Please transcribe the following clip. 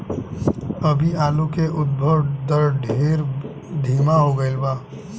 अभी आलू के उद्भव दर ढेर धीमा हो गईल बा